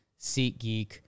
SeatGeek